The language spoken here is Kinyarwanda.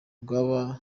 rwaba